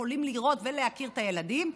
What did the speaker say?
שיכולות לראות ולהכיר את הילדים.